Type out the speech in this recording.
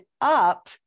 up